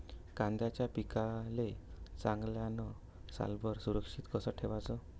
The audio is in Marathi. कांद्याच्या पिकाले चांगल्यानं सालभर सुरक्षित कस ठेवाचं?